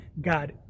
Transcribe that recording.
God